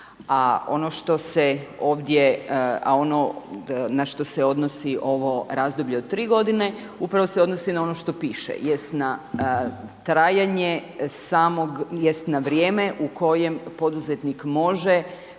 a ono na što se odnosi ovo razdoblje od 3 godine, upravo se odnosi na ono što piše, jest na vrijeme u kojem poduzetnik može